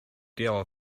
deal